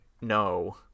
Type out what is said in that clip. no